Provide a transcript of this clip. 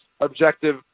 objective